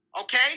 okay